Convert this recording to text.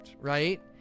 right